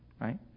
right